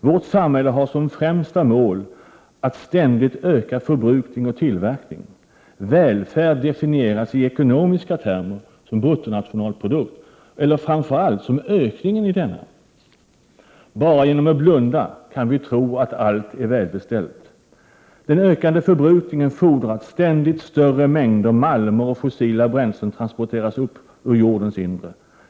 Vårt samhälle har som främsta mål att ständigt öka förbrukning och tillverkning. Välfärd definieras i ekonomiska termer som BNP och framför allt som ökningen i denna. ”Bara genom att blunda” kan vi tro att allt är välbeställt. Den ökande förbrukningen fordrar att ständigt större mängder malm och fossila bränslen transporteras upp ur jordens inre.